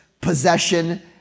possession